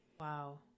wow